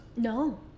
No